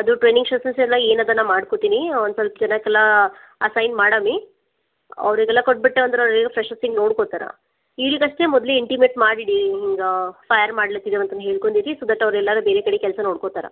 ಅದು training process ಎಲ್ಲ ಏನು ಅದ ನಾನು ಮಾಡ್ಕೋತೀನಿ ಒಂದು ಸ್ವಲ್ಪ ಜನಕ್ಕೆಲ್ಲಾ ಅಸೈನ್ ಮಾಡವ್ನಿ ಅವರಿಗೆಲ್ಲಾ ಕೊಟ್ಟುಬಿಟ್ಟು ಅಂದರೆ ಫ್ರೆಶರ್ಸ್ಗೆ ನೋಡ್ಕೋತಾರೆ ಈಗಷ್ಟೇ ಮೊದಲು ಇಂಟಿಮೇಟ್ ಮಾಡಿಡಿ ಹಿಂಗೆ ಫೈಯರ್ ಮಾಡಲಿಕ್ಕಿದ್ದೆವ ಅಂತ ನೀವು ಹೇಳಿಕೊಂಡಿರಿ ಸೋ ದ್ಯಾಟ್ ಅವರೆಲ್ಲಾದ್ರೂ ಬೇರೆ ಕಡೆ ಕೆಲಸ ನೋಡ್ಕೋತಾರ